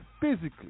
Physically